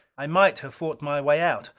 i might have fought my way out.